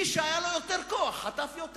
מי שהיה לו יותר כוח חטף יותר.